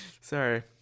Sorry